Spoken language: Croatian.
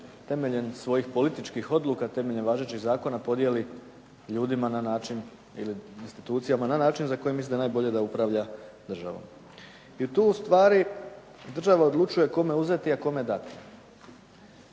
temeljem svojih političkih odluka, temeljem važećeg zakona podijeli ljudima na način ili institucijama na način za koji misli da je najbolje da upravlja država. I tu ustvari država odlučuje kome uzeti, a kome dati